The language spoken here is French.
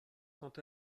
quant